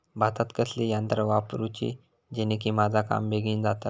भातात कसली यांत्रा वापरुची जेनेकी माझा काम बेगीन जातला?